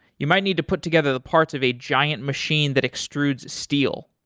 you might need to put together the parts of a giant machine that extrudes steel,